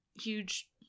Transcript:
huge